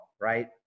right